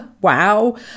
wow